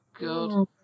God